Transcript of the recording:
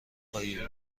خواهیم